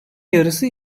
yarısı